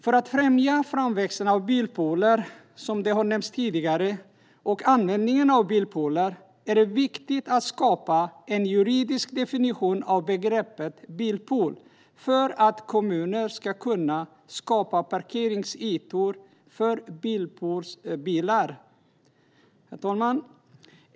För att främja framväxten av bilpooler, som har nämnts tidigare, och användningen av bilpooler är det viktigt att skapa en juridisk definition av begreppet bilpool för att kommuner ska kunna skapa parkeringsytor för bilpoolsbilar. Herr talman!